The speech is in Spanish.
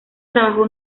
trabajó